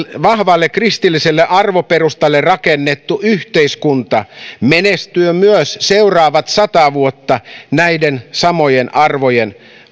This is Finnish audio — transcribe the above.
vahvalle kristilliselle arvoperustalle rakennettu yhteiskunta menestyy myös seuraavat sata vuotta näiden samojen arvojen